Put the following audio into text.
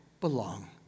belong